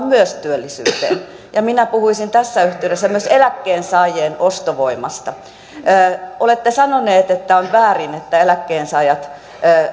myös työllisyyteen minä puhuisin tässä yhteydessä myös eläkkeensaajien ostovoimasta olette sanonut että on väärin että eläkkeensaajat